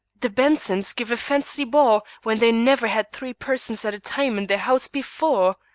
the bensons give a fancy ball, when they never had three persons at a time in their house before!